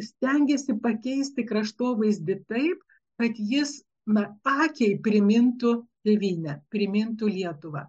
stengėsi pakeisti kraštovaizdį taip kad jis na akiai primintų tėvynę primintų lietuvą